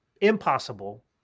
impossible